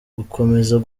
gukomeza